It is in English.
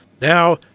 Now